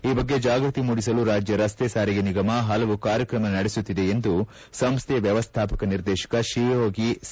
ಈ ಬಗ್ಗೆ ಜಾಗೃತಿ ಮೂಡಿಸಲು ರಾಜ್ಯ ರಸ್ತೆ ಸಾರಿಗೆ ನಿಗಮ ಪಲವು ಕಾರ್ಯಕ್ರಮ ನಡೆಸುತ್ತಿದೆ ಎಂದು ಸಂಸ್ನೆಯ ವ್ಯವಸ್ನಾಪಕ ನಿರ್ದೇಶಕ ಶಿವಯೋಗಿ ಸಿ